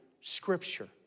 scripture